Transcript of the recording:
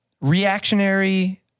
reactionary